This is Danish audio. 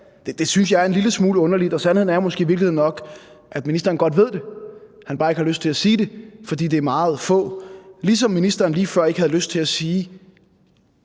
jeg er en lille smule underligt. Og sandheden er måske i virkeligheden nok, at ministeren godt ved det, men at han bare ikke har lyst til at sige det, fordi det er meget få, ligesom ministeren lige før ikke havde lyst til at sige,